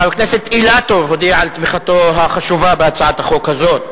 חבר הכנסת אילטוב הודיע על תמיכתו החשובה בהצעת החוק הזאת.